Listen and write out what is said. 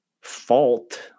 fault